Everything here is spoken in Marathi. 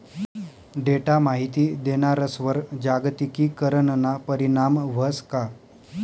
डेटा माहिती देणारस्वर जागतिकीकरणना परीणाम व्हस का?